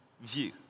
view